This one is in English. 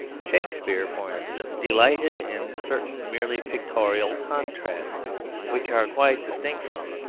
shakespeare, for instance, delighted in certain merely pictorial contrasts which are quite distinct from,